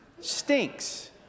Stinks